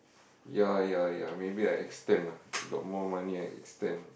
ya ya ya maybe I extend ah if got more money I extend